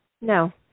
no